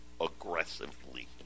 aggressively